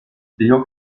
dijo